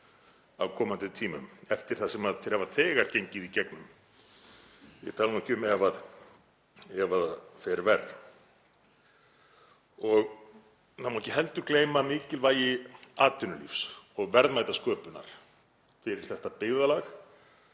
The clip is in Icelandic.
á komandi tímum eftir það sem þeir hafa þegar gengið í gegnum, ég tala nú ekki um ef það fer verr. Það má ekki heldur gleyma mikilvægi atvinnulífs og verðmætasköpunar fyrir þetta byggðarlag